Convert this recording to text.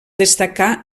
destacar